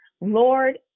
Lord